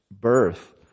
birth